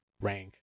rank